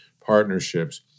partnerships